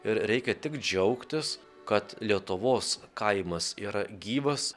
ir reikia tik džiaugtis kad lietuvos kaimas yra gyvas